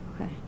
Okay